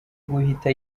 guhita